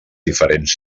diferents